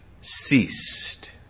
ceased